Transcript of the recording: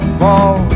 fall